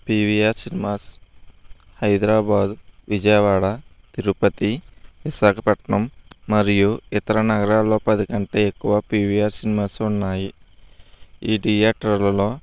PVR cinemas Hyderabad Vijayawada Tirupati Visakhapatnam మరియు ఇతర నగరాలలో పది కంటే ఎక్కువ పీవీఆర్ సినిమాస్ ఉన్నాయి ఇ థియేటర్లలో